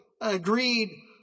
agreed